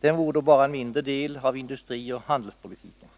Detta vore då bara en mindre del av industrioch handelspolitiken.